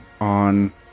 on